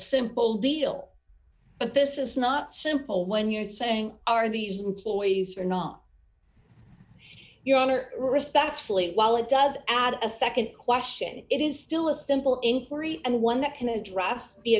simple deal but this is not simple when you're saying are these employees or not your honor respectfully while it does add a nd question it is still a simple inquiry and one that can address the